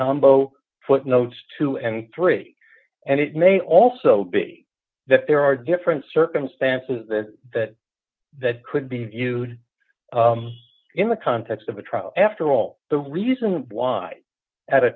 combo footnotes two and three and it may also be that there are different circumstances that that that could be viewed in the context of a trial after all the reason why at a